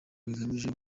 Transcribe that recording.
bigamije